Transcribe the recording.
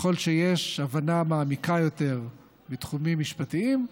ככל שיש הבנה מעמיקה יותר בתחומים משפטיים,